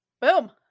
Boom